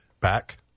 Back